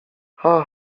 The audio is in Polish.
cha